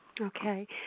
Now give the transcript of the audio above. Okay